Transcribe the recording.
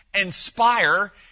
inspire